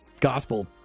gospel